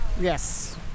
yes